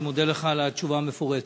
אני מודה לך על התשובה המפורטת.